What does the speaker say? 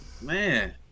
Man